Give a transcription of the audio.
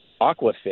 Aquafit